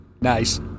Nice